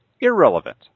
Irrelevant